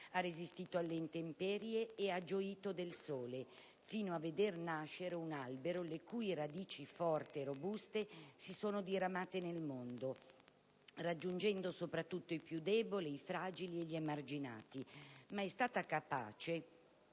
ha resistito alle intemperie e ha gioito del sole, fino a veder nascere un albero le cui radici, forti e robuste, si sono diramate nel mondo, raggiungendo soprattutto i più deboli, i fragili e gli emarginati, ma è stata capace